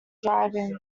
driving